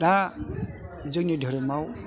दा जोंनि धोरोमआव